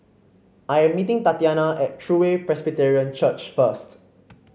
I am meeting Tatyana at True Way Presbyterian Church first